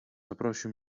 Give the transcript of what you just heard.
zaprosił